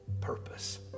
purpose